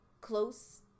close